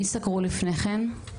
מי סקרו לפני כן?